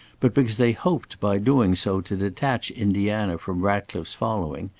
but because they hoped by doing so to detach indiana from ratcliffe's following,